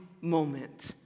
moment